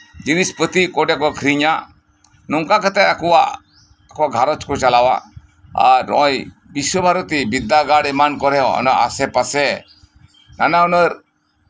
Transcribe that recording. ᱡᱤᱱᱤᱥᱯᱟᱛᱤ ᱚᱠᱚᱭ ᱴᱷᱮᱱ ᱠᱚ ᱟᱠᱷᱨᱤᱧᱟ ᱱᱚᱝᱠᱟ ᱠᱟᱛᱮᱫ ᱟᱠᱚᱣᱟᱜ ᱜᱷᱟᱨᱚᱧᱡᱽ ᱠᱚ ᱪᱟᱞᱟᱣᱟ ᱟᱨ ᱱᱚᱜᱼᱚᱭ ᱵᱤᱥᱥᱚ ᱵᱷᱟᱨᱚᱛᱤ ᱵᱤᱨᱫᱟᱹᱜᱟᱲ ᱮᱢᱟᱱ ᱠᱚᱨᱮᱫ ᱟᱥᱮ ᱯᱟᱥᱮ ᱱᱟᱱᱟ ᱦᱩᱱᱟᱹᱨ